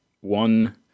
one